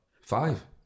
Five